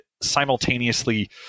simultaneously